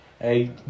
Hey